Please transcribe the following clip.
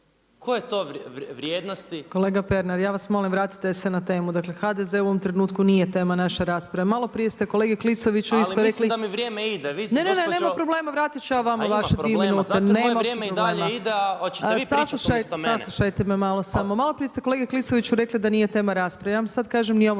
… …/Upadica Opačić: Kolega Pernar, ja vas molim vratite se na temu. Dakle, HDZ u ovom trenutku nije tema naše rasprave. Malo prije ste kolegi Klisoviću isto rekli…/… Ali mislim da mi vrijeme ide. …/Upadica Opačić: Ne nema problema, vratit ću ja vama vaše dvije minute./… A ima problema, zato jer moje vrijeme i dalje ide, a hoćete vi pričati umjesto mene? …/Upadica Opačić: Saslušajte me malo samo. Malo prije ste kolegi Klisoviću rekli da nije tema rasprave. Ja vam sad kažem ni ovo